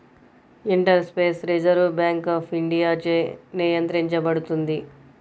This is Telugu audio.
ఇంటర్ఫేస్ రిజర్వ్ బ్యాంక్ ఆఫ్ ఇండియాచే నియంత్రించబడుతుంది